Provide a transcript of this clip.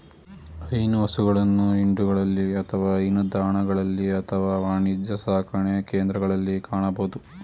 ಹೈನು ಹಸುಗಳನ್ನು ಹಿಂಡುಗಳಲ್ಲಿ ಅಥವಾ ಹೈನುದಾಣಗಳಲ್ಲಿ ಅಥವಾ ವಾಣಿಜ್ಯ ಸಾಕಣೆಕೇಂದ್ರಗಳಲ್ಲಿ ಕಾಣಬೋದು